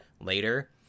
later